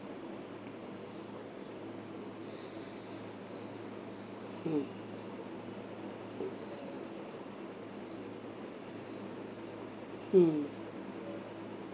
mm mm